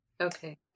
Okay